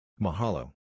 Mahalo